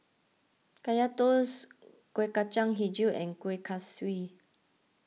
Kaya Toast Kueh Kacang HiJau and Kuih Kaswi